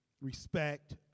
respect